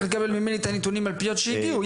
לקבל ממני את הנתונים על פניות שהגיעו.